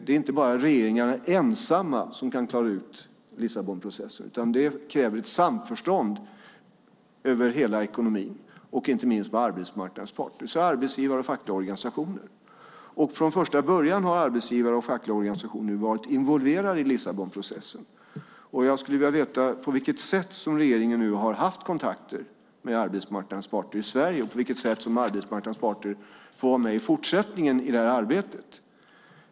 Det är inte bara regeringarna ensamma som kan klara ut Lissabonprocessen, utan det krävs ett samförstånd över hela ekonomin, inte minst med arbetsmarknadens parter, det vill säga arbetsgivare och fackliga organisationer. Från första början har arbetsgivare och fackliga organisationer varit involverade i Lissabonprocessen. Jag skulle vilja veta på vilket sätt regeringen har haft kontakter med arbetsmarknadens parter i Sverige och på vilket sätt arbetsmarknadens parter får vara med i detta arbete i fortsättningen.